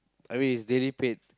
I mean it's daily paid